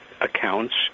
accounts